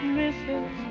misses